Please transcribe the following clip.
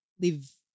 live